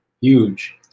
Huge